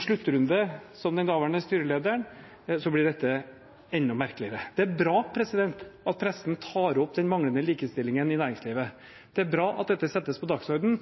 sluttrunde som den daværende styrelederen, blir dette enda merkeligere. Det er bra at pressen tar opp den manglende likestillingen i næringslivet. Det er bra at dette settes på dagsordenen.